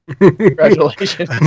Congratulations